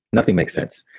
nothing makes sense.